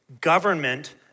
Government